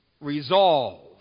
resolve